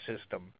system